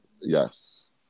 Yes